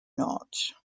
not